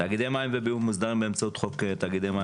מים וביוב מוסדרים באמצעות חוק תאגידי מים